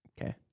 okay